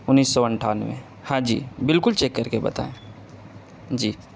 انیس سو اٹھانوے ہاں جی بالکل چیک کر کے بتائیں جی